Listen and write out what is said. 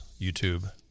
YouTube